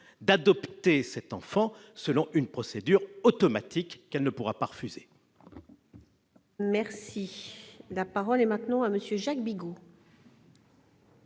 -d'adopter cet enfant selon une procédure automatique qu'elle ne pourra pas refuser. La parole est à M. Jacques Bigot,